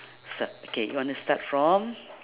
start okay you want to start from